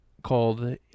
Called